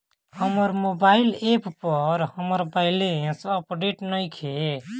हमर mobile app पर हमर बैलेंस अपडेट नइखे